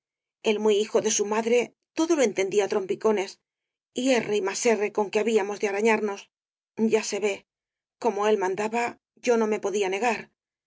el muy hijo de su madre todo lo entendía á trompicones y erre y más erre con que habíamos de arañarnos ya se v e como él mandaba yo no me podía negar